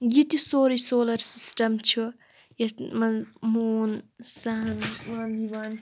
یہِ تہِ سورُے سولَر سِسٹَم چھِ یَتھ منٛز موٗن سَن